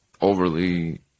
overly